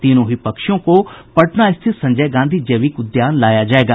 तीनों ही पक्षियों को पटना स्थित संजय गांधी जैविक उद्यान लाया जायेगा